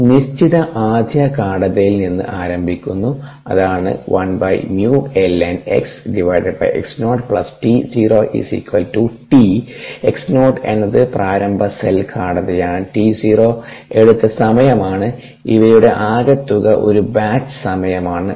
ഒരു നിശ്ചിത ആദ്യ ഗാഢതയിൽ നിന്ന് ആരംഭിക്കുന്നു അതാണ് 𝑥0 എന്നത് പ്രാരംഭ സെൽ ഗാഢതയാണ് 𝑡0 എടുത്ത സമയമാണ് ഇവയുടെ ആകെത്തുക ഒരു ബാച്ച് സമയമാണ്